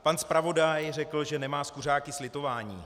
Pan zpravodaj řekl, že nemá s kuřáky slitování.